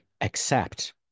accept